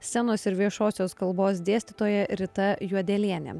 scenos ir viešosios kalbos dėstytoja rita juodelienė